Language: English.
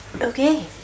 Okay